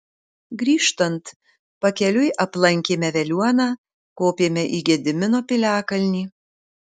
grįžtant pakeliui aplankėme veliuoną kopėme į gedimino piliakalnį